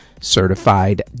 certified